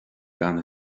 gan